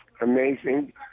amazing